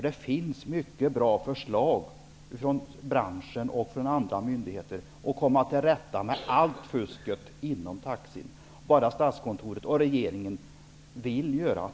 Det finns nämligen många bra förslag från branschen och från andra myndigheter om hur man skall komma till rätta med allt fusket inom taxinäringen -- bara Statskontoret och regeringen vill göra det.